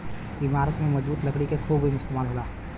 इमारत में मजबूत लकड़ी क खूब इस्तेमाल होला